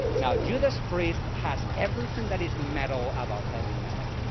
now judas priest has everything that is metal about heavy metal.